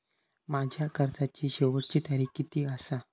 माझ्या कर्जाची शेवटची तारीख किती आसा?